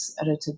edited